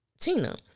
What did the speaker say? Tina